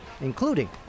including